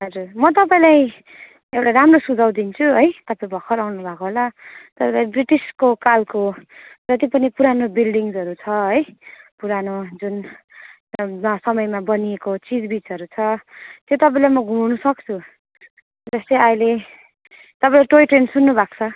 हजुर म तपाईँलाई एउटा राम्रो सुझाउ दिन्छु है तपाईँ भर्खर आउनुभएको होला तपाईँ ब्रिटिसको कालको जति पनि पुरानो बिल्डिङसहरू छ है पुरानो जुन समयमा बनिएको चिजबिजहरू छ त्यो तपाईँलाई म घुमाउनु सक्छु जस्तै अहिले तपाईँले टोय ट्रेन सुन्नुभएको छ